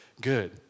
good